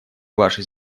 вашей